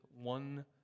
one